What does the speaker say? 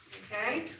okay?